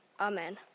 amen